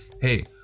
hey